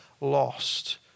lost